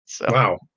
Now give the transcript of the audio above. Wow